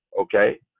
okay